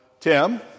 Tim